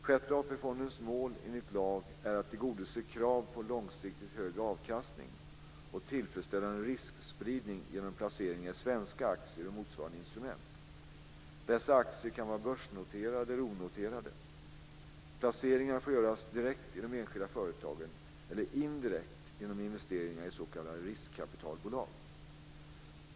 Sjätte AP-fondens mål enligt lag är att tillgodose krav på långsiktigt hög avkastning och tillfredsställande riskspridning genom placeringar i svenska aktier och motsvarande instrument. Dessa aktier kan vara börsnoterade eller onoterade. Placeringarna får göras direkt i de enskilda företagen eller indirekt genom investeringar i s.k. riskkapitalbolag.